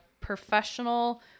professional